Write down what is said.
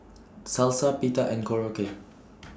Salsa Pita and Korokke